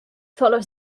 follows